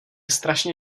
strašně